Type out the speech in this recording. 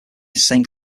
saint